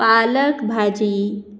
पालक भाजी